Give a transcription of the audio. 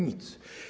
Nic.